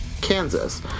Kansas